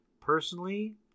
Personally